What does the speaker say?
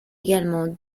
également